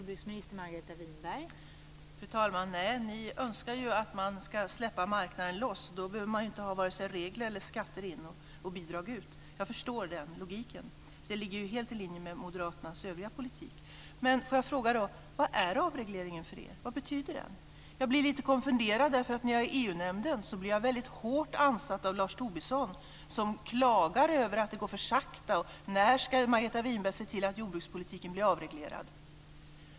Fru talman! Nej, ni önskar ju att man ska släppa marknaden loss. Då behöver man varken ha regler eller skatter in och bidrag ut. Jag förstår den logiken. Det ligger helt i linje med Moderaternas övriga politik. Men får jag då fråga: Vad är avregleringen för er? Vad betyder den? Jag blir lite konfunderad, för när jag är i EU-nämnden blir jag väldigt hårt ansatt av Lars Tobisson, som klagar över att det går för sakta och undrar: När ska Margareta Winberg se till att jordbrukspolitiken blir avreglerad?